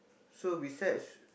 so besides